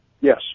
Yes